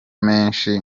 menshi